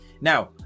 now